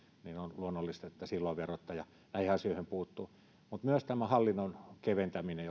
niin on luonnollista että silloin verottaja näihin asioihin puuttuu täällä aikaisemmin mainittiin myös tämä hallinnon keventäminen